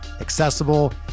accessible